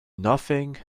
nothing